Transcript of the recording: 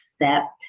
accept